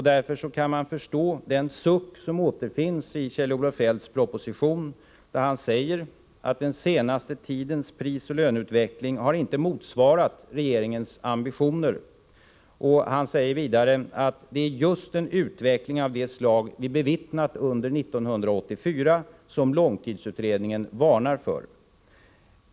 Därför kan jag förstå den suck av Kjell-Olof Feldt, som man kan ana i propositionen, när han säger att den senaste tidens prisoch löneutveckling inte har motsvarat regeringens ambitioner. Han säger vidare att det är just en utveckling av det slag som vi har bevittnat under 1984 som Nr 49 långtidsutredningen varnar för.